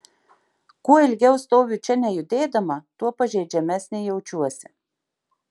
kuo ilgiau stoviu čia nejudėdama tuo pažeidžiamesnė jaučiuosi